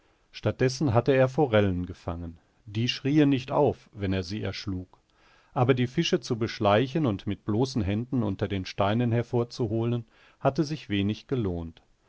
statt dessen hatte er forellen gefangen die schrien nicht auf wenn er sie erschlug aber die fische zu beschleichen und mit bloßen händen unter den steinen hervorzuholen hatte sich wenig gelohnt